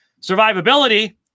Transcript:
survivability